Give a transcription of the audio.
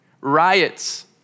riots